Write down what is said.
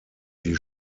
die